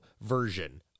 version